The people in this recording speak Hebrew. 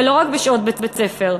ולא רק בשעות בית-ספר,